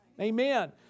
Amen